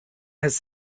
has